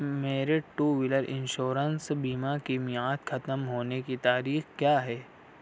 میرے two wheeler insurance بیمہ کی میعاد ختم ہونے کی تاریخ کیا ہے